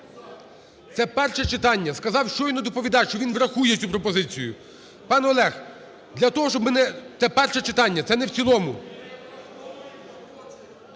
Це перше читання. Сказав щойно доповідач, що він врахує цю пропозицію. Пане Олег, для того, щоб ми... Це перше читання, це не в цілому.